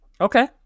Okay